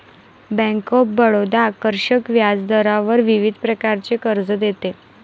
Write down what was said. bank of Baroda आकर्षक व्याजदरावर विविध प्रकारचे कर्ज देते